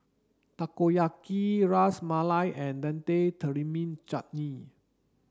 Takoyaki Ras Malai and Tamarind Chutney